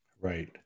Right